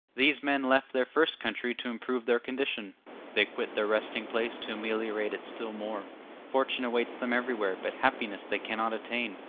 these men left their first country to improve their condition they quit their resting-place to ameliorate it still more fortune awaits them everywhere, but happiness they cannot attain.